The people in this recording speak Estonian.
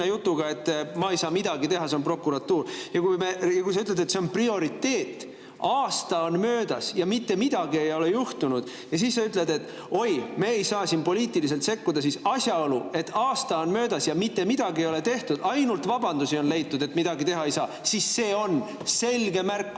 jutuga, et sa ei saa midagi teha, sest see on prokuratuuri [töö]. Sa ütlesid, et see on prioriteet – aasta on möödas ja mitte midagi ei ole juhtunud. Ja siis sa ütlesid, et oi, me ei saa poliitiliselt sekkuda. Asjaolu, et aasta on möödas ja mitte midagi ei ole tehtud, on leitud ainult vabandusi, miks midagi teha ei saa, on selge märk